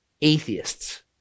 atheists